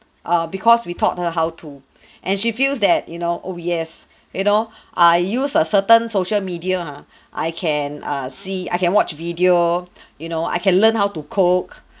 err because we taught her how to and she feels that you know oh yes you know I use a certain social media ha I can err see I can watch video you know I can learn how to cook